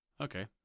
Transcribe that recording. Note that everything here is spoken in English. Okay